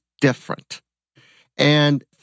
different—and